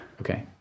Okay